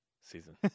season